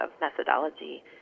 methodology